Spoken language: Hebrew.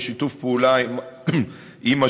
בשיתוף פעולה עם השב"כ.